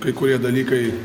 kai kurie dalykai